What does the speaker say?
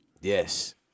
Yes